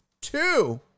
Two